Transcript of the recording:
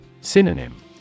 Synonym